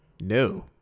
No